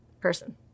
person